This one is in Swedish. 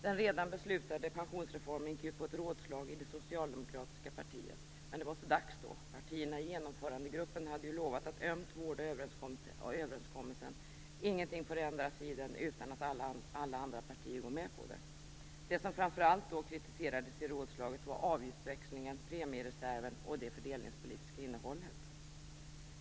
Den redan beslutade pensionsreformen gick ut på ett rådslag i det socialdemokratiska partiet. Men det var så dags då; partierna i genomförandegruppen hade ju lovat att ömt vårda överenskommelsen. Ingenting får ändras i den utan att alla andra partier går med på det. Det som framför allt kritiserades i rådslaget var avgiftsväxlingen, premiereserven och det fördelningspolitiska innehållet.